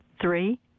three